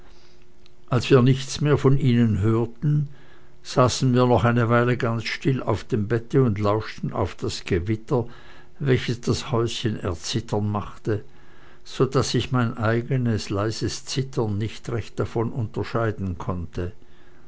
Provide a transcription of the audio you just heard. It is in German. als wir nichts mehr von ihnen hörten saßen wir noch eine weile ganz still auf dem bette und lauschten auf das gewitter welches das häuschen erzittern machte so daß ich mein eigenes leises zittern nicht recht davon unterscheiden konnte